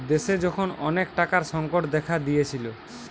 দেশে যখন অনেক টাকার সংকট দেখা দিয়েছিলো